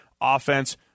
offense